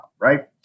right